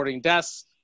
deaths